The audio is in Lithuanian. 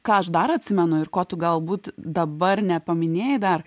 ką aš dar atsimenu ir ko tu galbūt dabar nepaminėjai dar